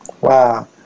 Wow